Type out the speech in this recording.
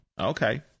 Okay